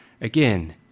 Again